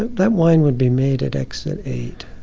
that wine would be made at exit eight